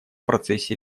процессе